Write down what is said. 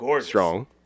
strong